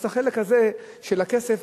אז החלק הזה של הכסף,